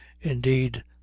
indeed